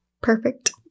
Perfect